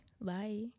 bye